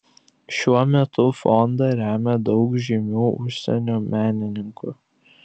šiuo metu fondą remia daug žymių užsienio menininkų